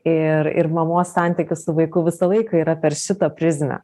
ir ir mamos santykis su vaiku visą laiką yra per šitą prizmę